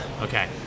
Okay